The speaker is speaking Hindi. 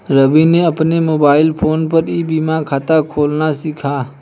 रवि ने अपने मोबाइल फोन पर ई बीमा खाता खोलना सीखा